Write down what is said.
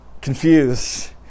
confused